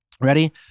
Ready